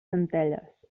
centelles